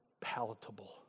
palatable